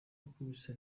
yakubise